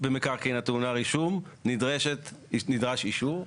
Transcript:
במקרקעין הטעונה רישום, נדרש אישור.